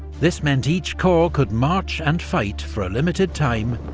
this meant each corps could march and fight, for a limited time,